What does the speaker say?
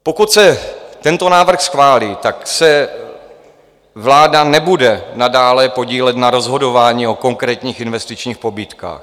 Pokud se tento návrh schválí, tak se vláda nebude nadále podílet na rozhodování o konkrétních investičních pobídkách.